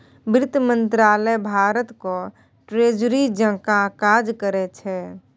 बित्त मंत्रालय भारतक ट्रेजरी जकाँ काज करै छै